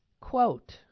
Quote